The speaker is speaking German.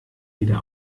wieder